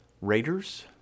Raiders